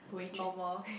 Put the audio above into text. normal